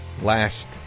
last